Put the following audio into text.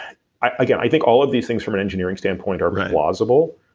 i think all of these things, from an engineering standpoint are plausible